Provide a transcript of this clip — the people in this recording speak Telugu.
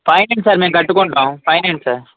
ఫైన్ వేయండి సార్ మేము కట్టుకుంటాం ఫైన్ వేయండి సార్